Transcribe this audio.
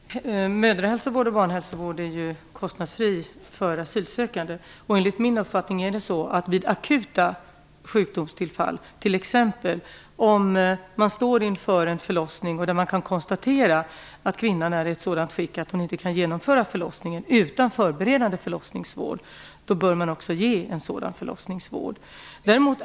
Fru talman! Mödrahälsovård och barnhälsovård är ju kostnadsfria för asylsökande. Vid akuta sjukdomsfall, t.ex. om man står inför en förlossning och kan konstatera att kvinnan är i ett sådant skick att hon inte kan genomföra förlossningen utan förberedande förlossningsvård, bör man också ge en sådan förlossningsvård.